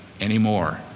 anymore